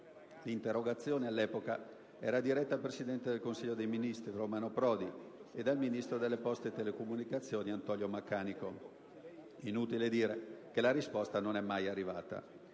L'interrogazione all'epoca era diretta al presidente del Consiglio dei ministri, Romano Prodi, e al ministro delle poste e telecomunicazioni, Antonio Maccanico. Inutile dire che la risposta non è mai arrivata.